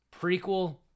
prequel